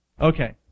Okay